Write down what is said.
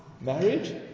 marriage